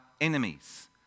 enemies